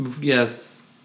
Yes